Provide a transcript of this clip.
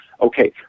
Okay